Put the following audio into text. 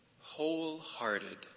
wholehearted